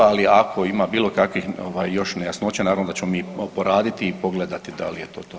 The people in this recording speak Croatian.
Ali ako ima bilo kakvih još nejasnoća naravno da ćemo mi poraditi i pogledati da li je to